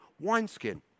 wineskin